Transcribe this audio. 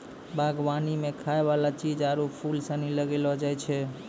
बागवानी मे खाय वाला चीज आरु फूल सनी लगैलो जाय छै